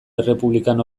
errepublikan